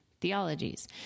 theologies